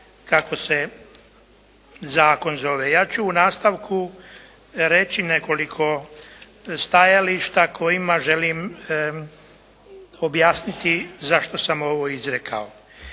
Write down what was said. kako se zakon zove. Ja ću u nastavku reći nekoliko stajališta kojima želim objasniti zašto sam ovo izrekao.